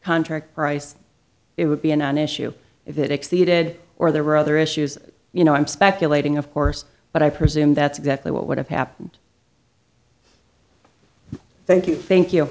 contract price it would be a non issue if it exceeded or there were other issues you know i'm speculating of course but i presume that's exactly what would have happened thank you thank you